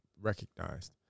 recognized